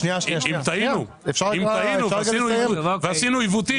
אם טעינו ועשינו עיוותים?